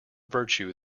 virtue